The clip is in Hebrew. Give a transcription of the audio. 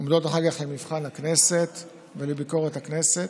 עומדות אחר כך למבחן הכנסת ולביקורת הכנסת,